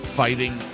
fighting